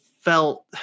felt